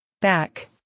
Back